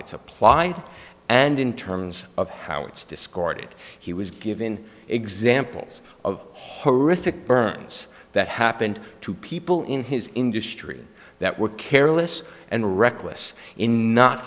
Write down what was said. it's applied and in terms of how it's discarded he was given examples of horrific burns that happened to people in his industry that were careless and reckless in not